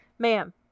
Ma'am